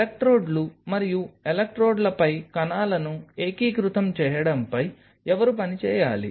ఎలక్ట్రోడ్లు మరియు ఎలక్ట్రోడ్లపై కణాలను ఏకీకృతం చేయడంపై ఎవరు పని చేయాలి